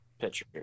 pitcher